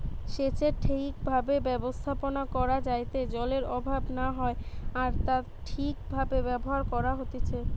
সেচের ঠিক ভাবে ব্যবস্থাপনা করা যাইতে জলের অভাব না হয় আর তা ঠিক ভাবে ব্যবহার করা হতিছে